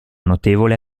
notevole